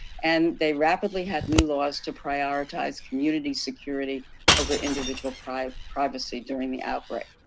and they rapidly had new laws to prioritize community security over individual privacy privacy during the outbreak.